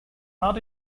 not